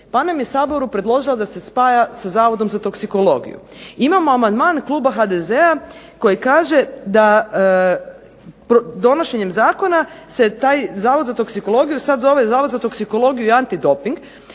Pa nam je Saboru predložila da se spaja sa Zavodom za toksikologiju. Imamo amandman kluba HDZ-a koji kaže da donošenjem zakona se taj Zavod za toksikologiju sad zove Zavod za toksikologiju i antidoping